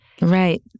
Right